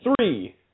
Three